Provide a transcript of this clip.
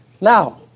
Now